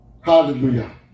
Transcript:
Hallelujah